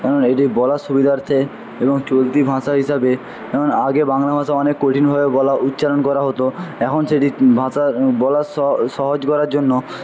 হ্যাঁ এটি বলার সুবিধার্থে এবং চলতি ভাষা হিসাবে আগে বাংলা ভাষা অনেক কঠিনভাবে বলা উচ্চারণ করা হতো এখন সেটি ভাষা বলার স সহজ করার জন্য